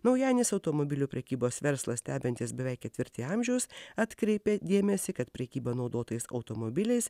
naujenis automobilių prekybos verslą stebintis beveik ketvirtį amžiaus atkreipė dėmesį kad prekyba naudotais automobiliais